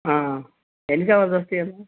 ఎన్ని కావాల్సి వస్తాయండి